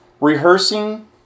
Rehearsing